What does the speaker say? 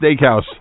steakhouse